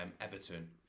Everton